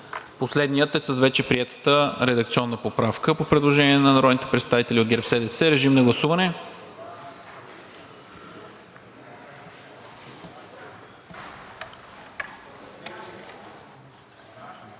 последният е с вече приетата редакционна поправка по предложение на народните представители от ГЕРБ-СДС. Гласували